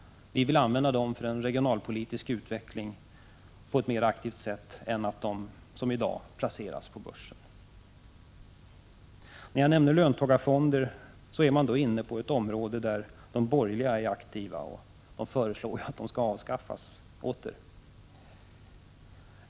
Vi vill använda dem för en regionalpolitisk utveckling på ett mer aktivt sätt, och vi vill inte att de, som i dag, placeras på börsen. När jag nämner löntagarfonder så är jag inne på ett område där de borgerliga är aktiva och föreslår att löntagarfonderna skall avskaffas.